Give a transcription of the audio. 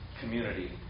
community